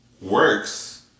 works